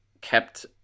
kept